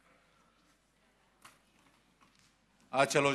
עד שלוש